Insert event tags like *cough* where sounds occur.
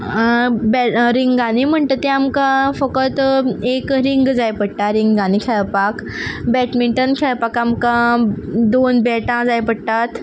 *unintelligible* रिंगानीं म्हणटकीर आमकां फक्त एक रींग जाय पडटा रिंगानीं खेळपाक बॅडमींटन खेळपाक आमकां दोन बॅटां जाय पडटात